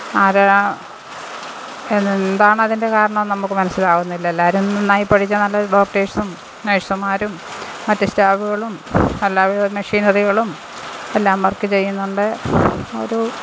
ആരെയാ എന്താണതിൻ്റെ കാരണമെന്ന് നമുക്ക് മനസിലാവുന്നില്ല എല്ലാവരും നന്നായി പഠിച്ച നല്ലൊരു ഡോക്ടർസും നഴ്സുമാരും മറ്റു സ്റ്റാഫുകളും അല്ലാതെ മെഷീനറികളും എല്ലാം വർക്ക് ചെയ്യുന്നുണ്ട് ഒരു